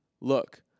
Look